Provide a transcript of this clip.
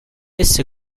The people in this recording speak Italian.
esso